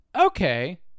Okay